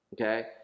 Okay